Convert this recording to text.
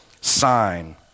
sign